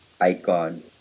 icon